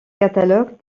catalogue